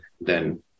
then-